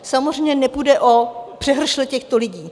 Samozřejmě, nepůjde o přehršle těchto lidí.